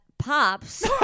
Pops